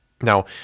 now